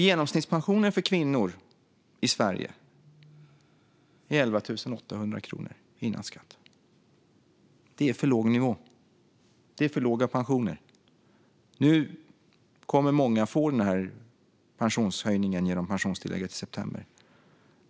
Genomsnittspensionen för kvinnor i Sverige är 11 800 kronor före skatt. Det är en för låg nivå. Det är för låga pensioner. Nu kommer många att få en pensionshöjning genom pensionstillägget i september.